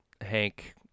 Hank